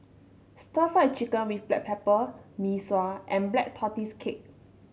stir Fry Chicken with Black Pepper Mee Sua and Black Tortoise Cake